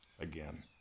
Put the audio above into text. again